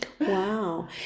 Wow